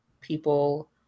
people